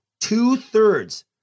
Two-thirds